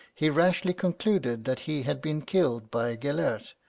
he rashly concluded that he had been killed by gelert,